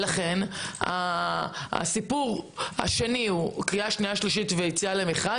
לכן הסיפור השני הוא קריאה שנייה ושלישית ויציאה למכרז,